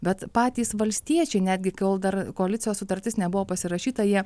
bet patys valstiečiai netgi kol dar koalicijos sutartis nebuvo pasirašyta jie